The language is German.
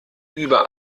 über